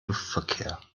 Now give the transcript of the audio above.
luftverkehr